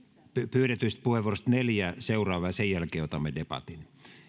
pyydetyistä puheenvuoroista neljä seuraavaa ja sen jälkeen otamme debatin